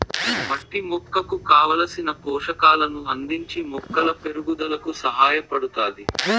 మట్టి మొక్కకు కావలసిన పోషకాలను అందించి మొక్కల పెరుగుదలకు సహాయపడుతాది